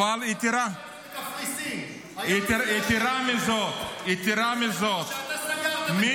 בנט אמר שאתה סגרת את זה בקפריסין.